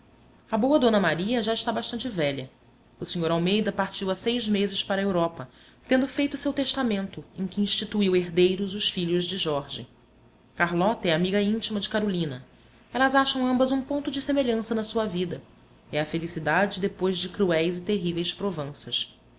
a boa d maria já está bastante velha o sr almeida partiu há seis meses para a europa tendo feito o seu testamento em que instituiu herdeiros os filhos de jorge carlota é amiga íntima de carolina elas acham ambas um ponto de semelhança na sua vida é a felicidade depois de cruéis e terríveis provanças